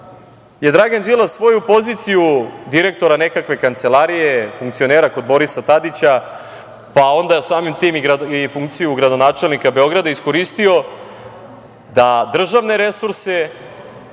je Dragan Đilas svoju poziciju direktora nekakve kancelarije, funkcionera kod Borisa Tadića, pa onda samim tim i funkciju gradonačelnika Beograda iskoristio da državne resurse